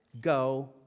go